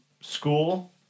school